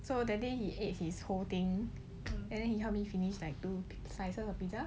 so that day he ate his whole thing and then he helped me finish like two slices of pizza